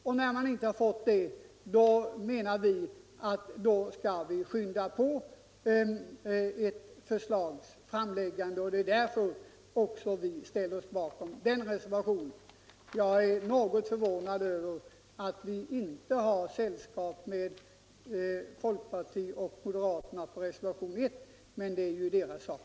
Och när vi inte har fått detta menar vi att man skall skynda på förslagets framläggande, och det är därför vi också ställer oss bakom den reservationen. Jag är något förvånad över att vi inte har sällskap med folkpartiet och moderaterna i reservationen 1, men det är ju deras sak.